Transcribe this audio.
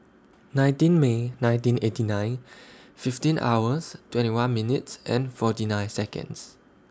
nineteen May nineteen eighty nine fifteen hours twenty one minutes and forty nine Seconds